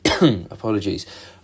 Apologies